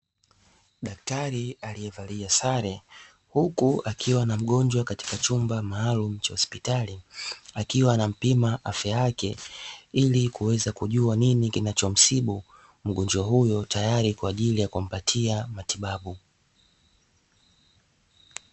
Daktari aliyevalia sare huku akiwa na mgonjwa katika chumba maalum cha hospitali akiwa anampima afya yake, ili kuweza kujua nini kinachomsibu mgonjwa huyo tayari kwa ajili ya kumpatia matibabu.